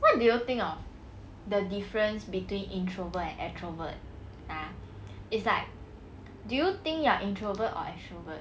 what do you think of the difference between introvert and extrovert ah it's like do you think you are introvert or extrovert